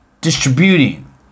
distributing